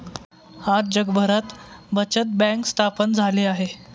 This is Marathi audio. आज जगभरात बचत बँक स्थापन झाली आहे